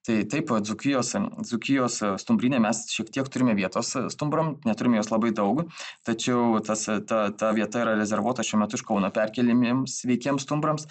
tai taip dzūkijos dzūkijos stumbryne mes šiek tiek turime vietos stumbram neturime jos labai daug tačiau tas ta ta vieta yra rezervuota šiuo metu iš kauno perkeliamiems sveikiems stumbrams